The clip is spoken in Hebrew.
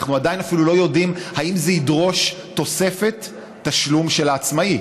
אנחנו עדיין אפילו לא יודעים אם זה ידרוש תוספת תשלום של העצמאי,